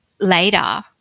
later